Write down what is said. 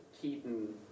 Keaton